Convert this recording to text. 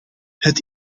het